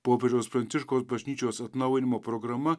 popiežiaus pranciškaus bažnyčios atnaujinimo programa